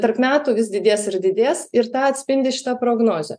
tarp metų vis didės ir didės ir tą atspindi šita prognozė